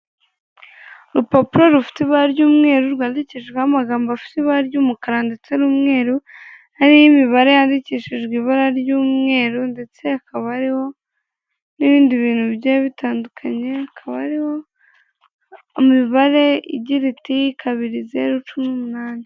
Urupapuro rufite ibara ry'umweru rwandikishijweho amagambo rufite ibara ry'umukara ndetse n'umweru, hariho imibare yandikishijwe ibara ry'umweru ndetse hakaba hariho n'ibindi bintu bigiye bitandukanye, hakaba hariho imibare igira iti kabiri, zeru, cumi n'umunani.